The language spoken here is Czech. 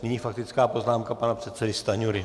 Nyní faktická poznámka pana předsedy Stanjury.